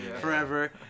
Forever